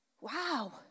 Wow